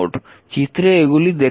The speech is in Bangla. চিত্রে এগুলি দেখতে পাবেন